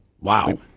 Wow